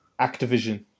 Activision